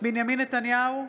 בנימין נתניהו,